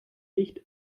nicht